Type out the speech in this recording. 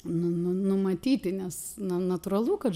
nu nu numatyti nes na natūralu kad